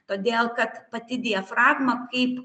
todėl kad pati diafragma kaip